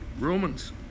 Romans